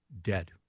dead